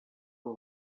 foi